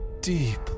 deep